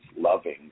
loving